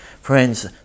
Friends